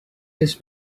has